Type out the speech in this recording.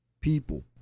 People